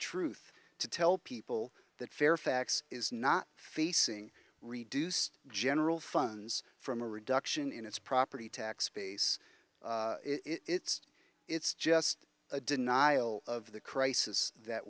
truth to tell people that fairfax is not facing reduced general funds from a reduction in its property tax base it's it's just a denial of the crisis that